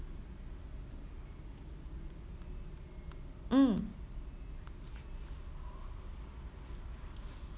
mm